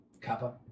Kappa